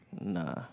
Nah